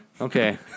Okay